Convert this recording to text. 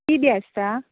ती बी आसता